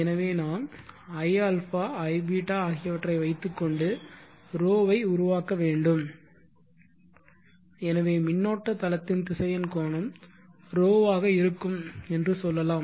எனவே நாம் iα iβ ஆகியவற்றை வைத்துக்கொண்டு ρ ஐ உருவாக்க வேண்டும் எனவே மின்னோட்ட தளத்தின்திசையன் கோணம் ρ ஆக இருக்கும் என்று சொல்லலாம்